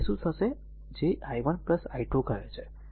તેથી તે હશે જે i1 i2 કહે છે